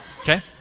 okay